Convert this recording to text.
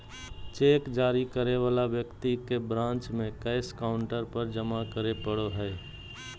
cheque जारी करे वाला व्यक्ति के ब्रांच में कैश काउंटर पर जमा करे पड़ो हइ